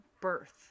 birth